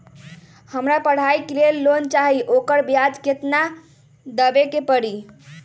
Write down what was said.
हमरा पढ़ाई के लेल लोन चाहि, ओकर ब्याज केतना दबे के परी?